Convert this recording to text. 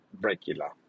regular